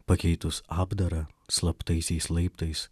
pakeitus apdarą slaptaisiais laiptais